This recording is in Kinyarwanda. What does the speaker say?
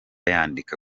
yandika